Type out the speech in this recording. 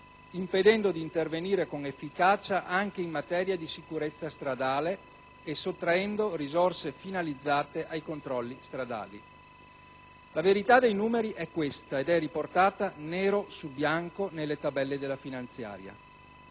impedendo di intervenire con efficacia anche in materia di sicurezza stradale e sottraendo risorse finalizzate ai controlli stradali. La verità dei numeri è questa ed è riportata nero su bianco nelle tabelle del disegno di